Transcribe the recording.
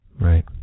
Right